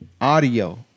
Audio